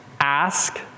Ask